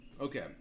Okay